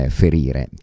ferire